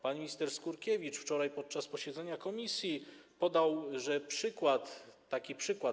Pan minister Skurkiewicz wczoraj podczas posiedzenia komisji podał taki przykład.